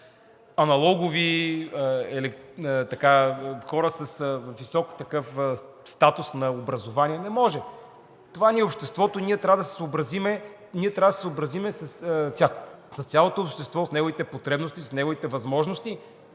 аналогови, на хора с висок такъв статус на образование. Не може. Това ни е обществото, ние трябва да се съобразим с тях, с цялото общество, с неговите потребности, с неговите възможности.